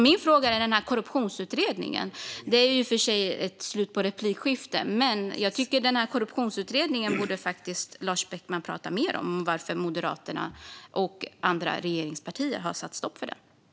Lars Beckman har ingen replik kvar, men han borde prata mer om varför Moderaterna och andra regeringspartier har satt stopp för korruptionsutredningen.